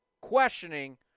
questioning